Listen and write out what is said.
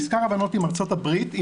מזכר הבנות עם ארצות הברית,